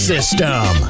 System